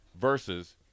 Versus